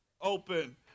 open